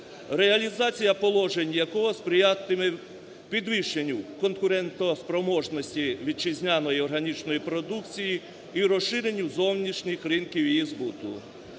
реалізація положень якого сприятиме підвищенню конкурентоспроможності вітчизняної органічної продукції і розширенню зовнішніх ринків її збуту,